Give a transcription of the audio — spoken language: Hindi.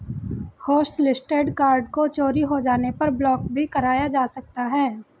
होस्टलिस्टेड कार्ड को चोरी हो जाने पर ब्लॉक भी कराया जा सकता है